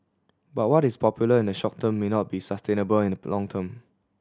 but what is popular in the short term may not be sustainable in the long term